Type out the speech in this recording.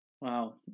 Wow